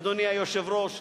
אדוני היושב-ראש.